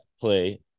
play